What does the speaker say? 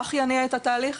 שהאזרח יניע את התהליך,